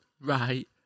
right